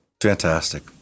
fantastic